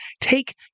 take